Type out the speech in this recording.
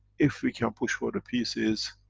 if we can push for the peace, is